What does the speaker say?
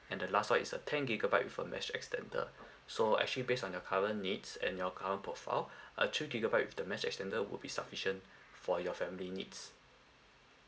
and the last one is a ten gigabyte with a mesh extender so actually based on your current needs and your current profile a two gigabyte with the mesh extender would be sufficient for your family needs